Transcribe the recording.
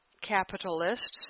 capitalists